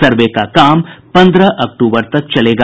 सर्व का काम पंद्रह अक्टूबर तक चलेगा